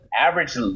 average